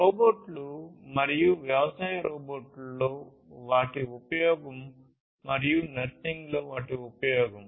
రోబోట్లు మరియు వ్యవసాయ రోబోట్లలో వాటి ఉపయోగం మరియు నర్సింగ్లో వాటి ఉపయోగం